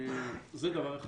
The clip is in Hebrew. זה דבר אחד.